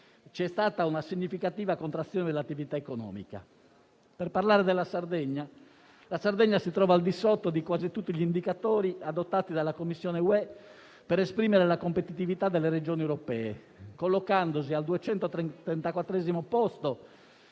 c'è stata una significativa contrazione dell'attività economica. Nello specifico, la Sardegna si trova al di sotto di quasi tutti gli indicatori adottati dalla Commissione europea per esprimere la competitività delle Regioni europee, collocandosi al